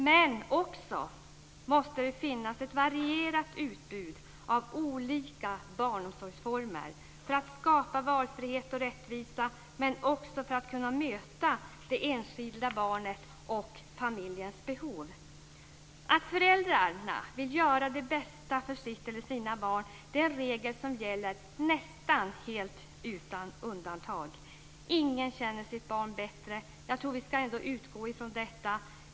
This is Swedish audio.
Men det måste också finnas ett varierat utbud av olika barnomsorgsformer för att skapa valfrihet och rättvisa, men också för att möta det enskilda barnets och familjens behov. Att föräldrarna vill göra sitt bästa för sitt eller sina barn är en regel som gäller nästan helt utan undantag. Ingen känner sitt barn bättre. Jag tror att vi ska utgå från det.